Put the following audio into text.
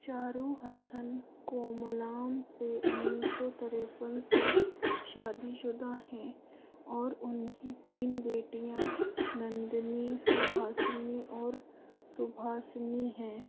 चारु हसन कोमलाम से उन्नीस सौ तिरेपन से शादीशुदा हैं और उनकी तीन बेटियाँ नंदिनी सुहासिनी और सुभासनी हैं